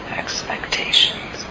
expectations